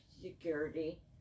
Security